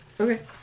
Okay